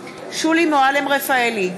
שולי מועלם-רפאלי,